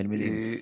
אין מילים,